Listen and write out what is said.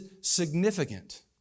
significant